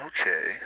Okay